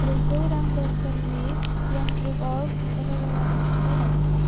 ब्रैजौ रां बेसेननि न्युत्रिअर्ग एल'वेरा रोसिखौ दाजाबफा